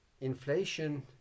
inflation